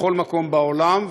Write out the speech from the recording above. בכל מקום בעולם,